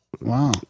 Wow